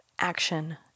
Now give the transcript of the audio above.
Action